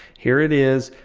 here it is,